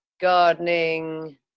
gardening